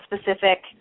specific